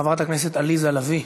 חברת הכנסת עליזה לביא,